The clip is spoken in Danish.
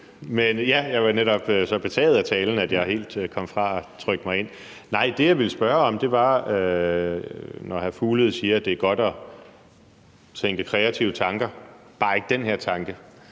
Ja, jeg var netop så betaget af talen, at jeg helt kom fra at trykke mig ind. Det, jeg ville spørge om, var: Når hr. Mads Fuglede siger, at det er godt at tænke kreative tanker, bare ikke den her tanke,